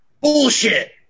Bullshit